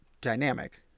dynamic